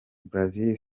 brazil